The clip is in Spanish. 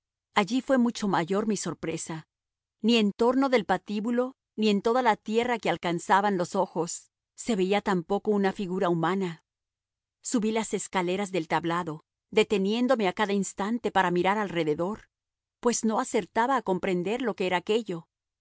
allí fue mucho mayor mi sorpresa ni en torno del patíbulo ni en toda la tierra que alcanzaban los ojos se veía tampoco una figura humana subí las escaleras del tablado deteniéndome a cada instante para mirar alrededor pues no acertaba a comprender lo que era aquello